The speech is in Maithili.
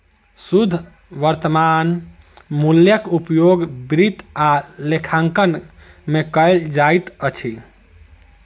शुद्ध वर्त्तमान मूल्यक उपयोग वित्त आ लेखांकन में कयल जाइत अछि